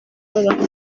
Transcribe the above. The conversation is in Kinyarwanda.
bakunda